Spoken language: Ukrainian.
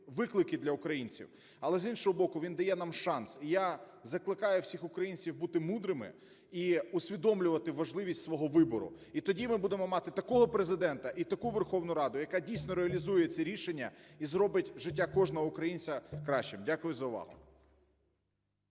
виклики для українців, але, з іншого боку, він дає нам шанс. І я закликаю всіх українців бути мудрими і усвідомлювати важливість свого вибору, і тоді ми будемо мати такого Президента і таку Верховну Раду, яка, дійсно, реалізує ці рішення і зробить життя кожного українця кращим. Дякую за увагу.